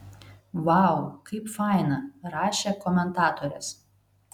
vau kaip faina rašė komentatorės